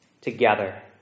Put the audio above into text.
together